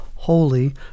holy